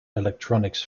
electronics